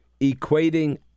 equating